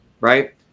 right